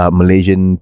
malaysian